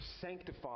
sanctify